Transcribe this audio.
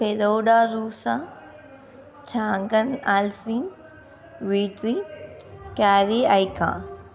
Perodua రూసా Changan ఆల్స్విని వీరా క్యారి ఐకా